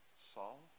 Saul